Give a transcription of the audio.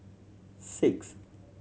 six